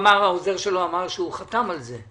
העוזר שלו אמר לי שחתם על זה.